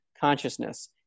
consciousness